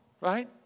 Right